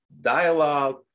dialogue